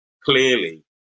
clearly